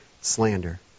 slander